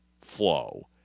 flow